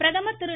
பிரதமர் திரு